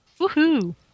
Woohoo